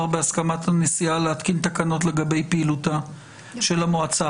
בהסכמת הנשיאה להתקין תקנות לגבי פעילותה של המועצה.